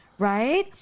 right